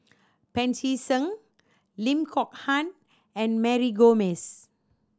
Pancy Seng Lim Kok Ann and Mary Gomes